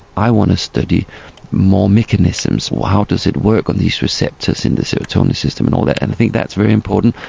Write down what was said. i want to study more mechanisms, how does it work on these receptors in the serotonin system and all that, and i think that's very important.